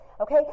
okay